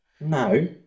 No